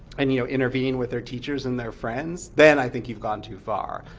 and you know intervene with their teachers and their friends then i think you've gone too far.